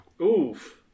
Oof